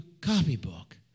copybook